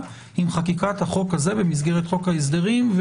עם חקיקת החוק הזה במסגרת חוק ההסדרים,